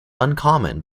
uncommon